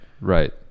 Right